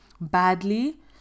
badly